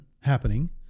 happening